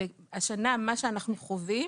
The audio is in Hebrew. והשנה מה שאנחנו חווים,